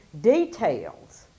details